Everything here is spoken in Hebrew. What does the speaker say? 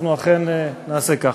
אנחנו אכן נעשה כך.